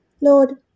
Lord